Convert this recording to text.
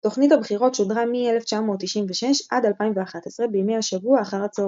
תוכנית הבחירות שודרה מ-1996 עד 2011 בימי השבוע אחר הצהריים.